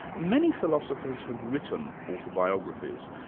many philosophers have written autobiographies,